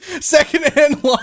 Secondhand